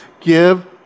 give